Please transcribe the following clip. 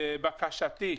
לבקשתי,